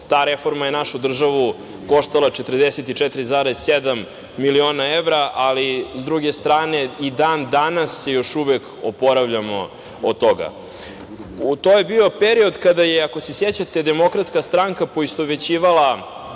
Ta reforma je našu državu koštala 44,7 miliona evra, ali sa druge strane i dan danas se još uvek oporavljamo od toga. To je bio period, ako se sećate, kada je DS poistovećivala